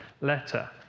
letter